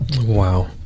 Wow